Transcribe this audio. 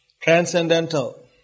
Transcendental